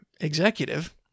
executive